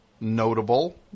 notable